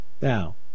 Now